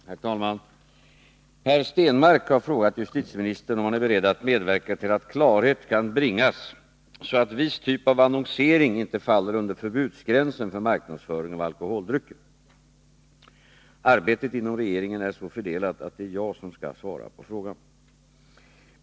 Herr talman! Per Stenmarck har frågat justitieministern om han är beredd att medverka till att klarhet kan bringas så att viss typ av annonsering inte faller under förbudsgränsen för marknadsföring av alkoholdrycker. Arbetet inom regeringen är så fördelat att det är jag som skall svara på frågan.